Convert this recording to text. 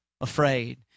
afraid